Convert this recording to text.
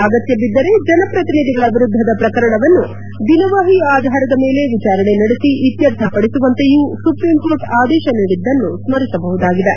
ಅಗತ್ಯವಿದ್ದರೆ ಜನಪ್ರತಿನಿಧಿಗಳ ವಿರುದ್ದದ ಪ್ರಕರಣಗಳನ್ನು ದಿನವಹಿ ಆಧಾರದ ಮೇಲೆ ವಿಚಾರಣೆ ನಡೆಸಿ ಇತ್ಯರ್ಥಪಡಿಸುವಂತೆಯೂ ಸುಪ್ರೀಂಕೋರ್ಟ್ ಆದೇಶ ನೀಡಿದ್ದನ್ನು ಸ್ಮರಿಸಬಹುದಾಗಿದೆ